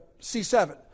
C7